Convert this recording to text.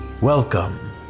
Welcome